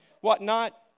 whatnot